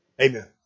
Amen